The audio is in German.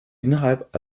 innerhalb